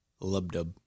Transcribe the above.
Lub-dub